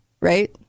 right